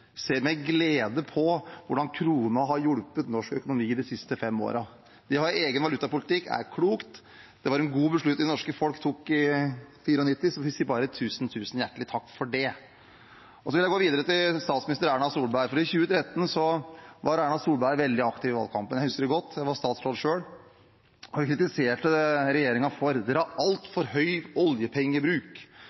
ser på hvordan kronen har hjulpet norsk økonomi de siste fem årene. Det å ha egen valutapolitikk er klokt. Det var en god beslutning det norske folk tok i 1994, så vi sier bare tusen hjertelig takk for det. Så vil jeg gå videre til statsminister Erna Solberg, for i 2013 var Erna Solberg veldig aktiv i valgkampen. Jeg husker det godt, jeg var statsråd selv. Hun kritiserte regjeringen for at vi hadde altfor høy oljepengebruk.